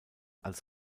als